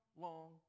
long